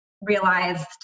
realized